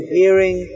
hearing